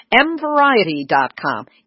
MVariety.com